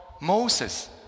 moses